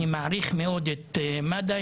אני מעריך מאוד את מד"א,